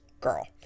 girl